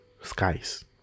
skies